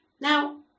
Now